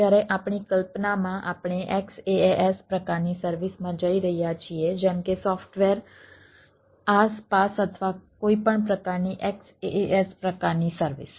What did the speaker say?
જ્યારે આપણી કલ્પનામાં આપણે XaaS પ્રકારની સર્વિસમાં જઈ રહ્યા છીએ જેમ કે સોફ્ટવેર IaaS PaaS અથવા કોઈપણ પ્રકારની XaaS પ્રકારની સર્વિસ